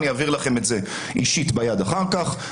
אני אעביר לכם את זה אישית ביד אחר כך,